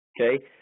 okay